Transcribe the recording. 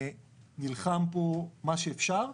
נלחם פה מה שאפשר.